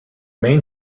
main